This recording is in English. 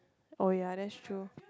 oh ya that's true